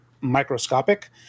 microscopic